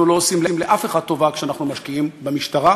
אנחנו לא עושים לאף אחד טובה כשאנחנו משקיעים במשטרה,